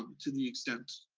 to the extent,